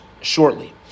shortly